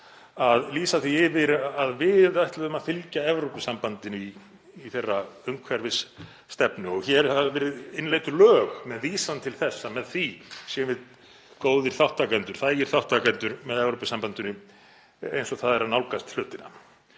stjórnvalda, að við ætluðum að fylgja Evrópusambandinu í þeirra umhverfisstefnu og hér hafa verið innleidd lög með vísan til þess að með því séum við góðir þátttakendur, þægir þátttakendur með Evrópusambandinu eins og það nálgast hlutina.